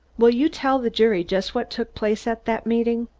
will you tell the jury just what took place at that meeting?